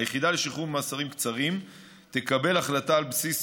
היחידה לשחרור ממאסרים קצרים תקבל החלטה על בסיס